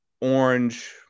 orange